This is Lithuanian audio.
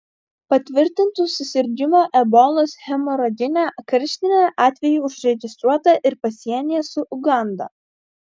patvirtintų susirgimo ebolos hemoragine karštine atvejų užregistruota ir pasienyje su uganda